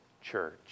church